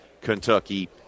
Kentucky